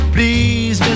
Please